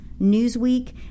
Newsweek